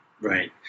Right